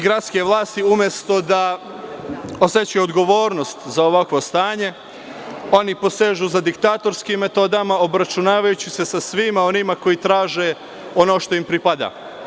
Gradske vlasti umesto da osećaju odgovornost za ovakvo stanje, oni postižu za diktatorskim metodama, obračunavajući se sa svima onima koji traže ono što im pripada.